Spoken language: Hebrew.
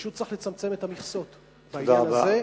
ופשוט צריך לצמצם את המכסות בעניין הזה.